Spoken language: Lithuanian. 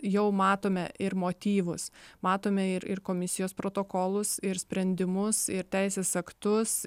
jau matome ir motyvus matome ir ir komisijos protokolus ir sprendimus ir teisės aktus